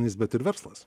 nes bet ir verslas